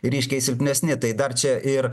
ryškiai silpnesni tai dar čia ir